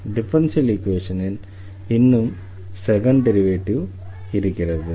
differential ஈக்வேஷனில் இன்னும் second derivative இருக்கிறது